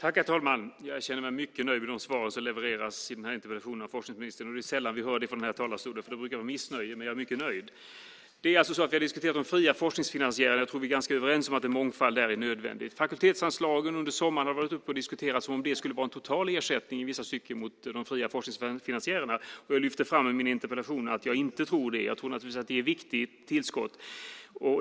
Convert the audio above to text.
Herr talman! Jag känner mig mycket nöjd med de svar som levereras i den här interpellationsdebatten av forskningsministern. Det är sällan vi hör det från den här talarstolen. Det brukar vara missnöje, men jag är mycket nöjd. Vi har diskuterat de fria forskningsfinansiärerna. Jag tror att vi var ganska överens om att en mångfald där är nödvändig. Under sommaren har fakultetsanslagen varit uppe till diskussion och att de i vissa stycken skulle vara en total ersättning för de fria forskningsfinansiärerna. Jag lyfte fram i min interpellation att jag inte tror det. Det är ett viktigt tillskott.